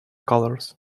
colours